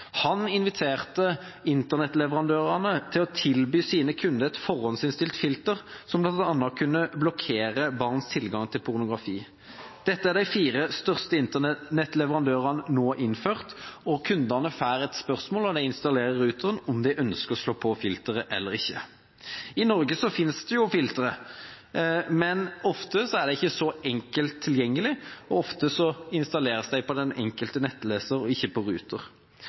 Han inviterte internettleverandørene til å tilby sine kunder et forhåndsinnstilt filter som bl.a. kunne blokkere barns tilgang til pornografi. Dette har de fire største internettleverandørene nå innført, og kundene får et spørsmål når de installerer ruteren om de ønsker å slå på filteret eller ikke. I Norge finnes det filtre, men ofte er det ikke så enkelt tilgjengelig og ofte installeres det på den enkelte nettleser og ikke på